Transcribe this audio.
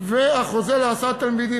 והחוזה להסעת תלמידים,